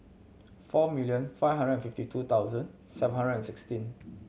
four million five hundred and fifty two thousand seven hundred and sixteen